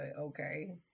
Okay